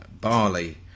Barley